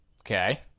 Okay